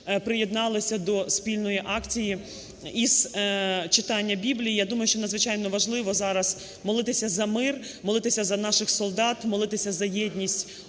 приєдналися до спільної акції із читання Біблії. Я думаю, що надзвичайно важливо зараз молитися за мир, молитися за наших солдат, молитися за єдність